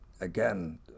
again